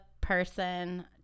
person